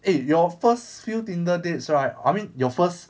eh your first few Tinder dates right I mean your first